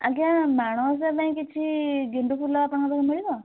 ଆଜ୍ଞା ମାଣବସା ପାଇଁ କିଛି ଗେଣ୍ଡୁ ଫୁଲ ଆପଣଙ୍କ ପାଖେ ମିଳିବ